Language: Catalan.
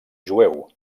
jueu